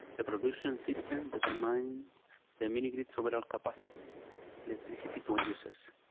the production system that reminds the mini-grid solar capacity electricity to end users.